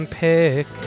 pick